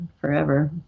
forever